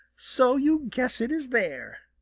so you guess it is there!